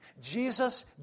Jesus